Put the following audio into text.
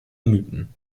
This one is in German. mythen